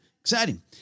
exciting